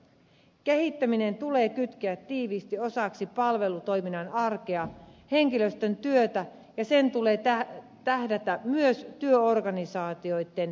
kehittäminen tulee kytkeä tiiviisti osaksi palvelutoiminnan arkea henkilöstön työtä ja sen tulee tähdätä myös työorganisaatioitten toimintatapojen muutoksiin